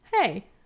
hey